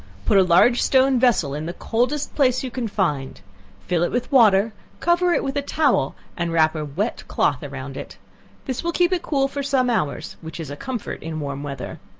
put a large stone vessel in the coldest place you can find fill it with water, cover it with a towel and wrap a wet cloth around it this will keep it cool for some hours, which is a comfort in warm weather.